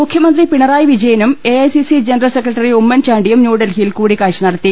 മുഖ്യമന്ത്രി പിണറായി വിജയ്നും AICC general secretary ഉമ്മൻചാണ്ടിയും ന്യൂഡൽഹിയിൽ കൂടിക്കാഴ്ച നടത്തി